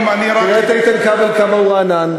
תראה את איתן כבל, כמה הוא רענן.